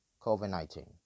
COVID-19